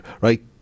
right